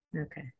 Okay